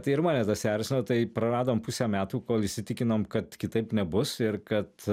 tai ir mane tas erzino tai praradom pusę metų kol įsitikinom kad kitaip nebus ir kad